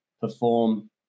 perform